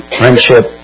friendship